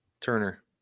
Turner